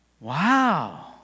Wow